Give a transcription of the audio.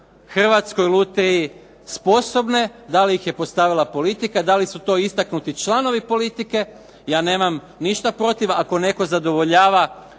"Hrvatskoj lutriji" sposobne, da li ih je postavila politika, da li su to istaknuti članovi politike. Ja nemam ništa protiv ako netko zadovoljava